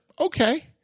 okay